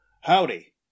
Howdy